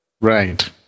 Right